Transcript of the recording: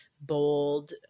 bold